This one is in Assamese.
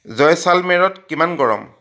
জয়ছালমেৰত কিমান গৰম